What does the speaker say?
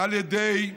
על ידי תנובה.